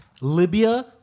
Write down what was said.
Libya